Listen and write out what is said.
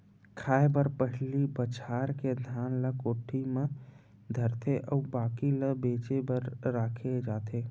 खाए बर पहिली बछार के धान ल कोठी म धरथे अउ बाकी ल बेचे बर राखे जाथे